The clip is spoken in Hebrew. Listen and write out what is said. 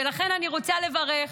ולכן אני רוצה לברך